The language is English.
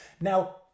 now